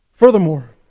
Furthermore